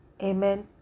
Amen